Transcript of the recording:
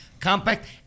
Compact